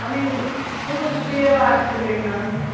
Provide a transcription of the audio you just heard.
कनी शूट सिएबाके छलै हँ